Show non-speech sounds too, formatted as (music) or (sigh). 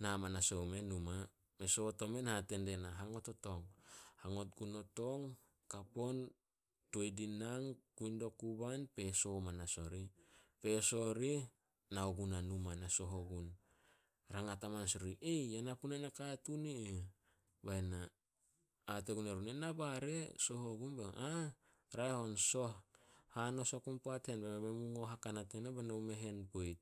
Na manas omumeh numa. Me soot omen hate die na, "Hangot o tong." Hangot gun o tong, kap on, toi din nang, kui dio kuban, peso manas orih. Peso rih nao guna numa na soh ogun. Rangat amanas orih, (unintelligible) "Ya na puna nakatuun i ih." Bai na hate gun erun, "Ena ba re, soh ogun." "Ah, raeh on, soh, hanos oku poat hen be men mume ngo hakanat eno be no mume hen poit."